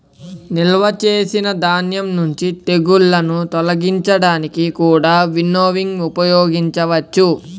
నిల్వ చేసిన ధాన్యం నుండి తెగుళ్ళను తొలగించడానికి కూడా వినోవింగ్ ఉపయోగించవచ్చు